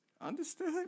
Understood